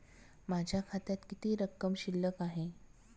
माझ्या खात्यात किती रक्कम शिल्लक आहे?